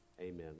Amen